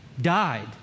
died